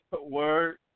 word